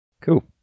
Cool